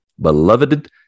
beloved